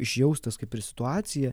išjaustas kaip ir situacija